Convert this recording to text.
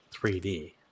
3D